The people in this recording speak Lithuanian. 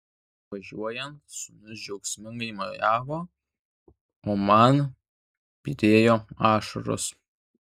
išvažiuojant sūnus džiaugsmingai mojavo o man byrėjo ašaros